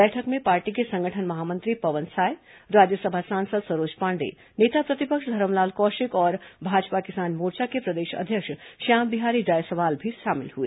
बैठक में पार्टी के संगठन महामंत्री पवन साय राज्यसभा सांसद सरोज पांडेय नेता प्रतिपक्ष धरमलाल कौशिक और भाजपा किसान मोर्चा के प्रदेश अध्यक्ष श्याम बिहारी जायसवाल भी शामिल हुए